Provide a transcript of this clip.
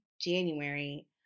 January